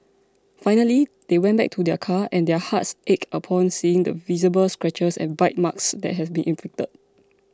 finally they went back to their car and their hearts ached upon seeing the visible scratches and bite marks that had been inflicted